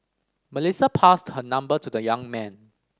Melissa passed her number to the young man